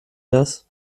das